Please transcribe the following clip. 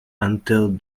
until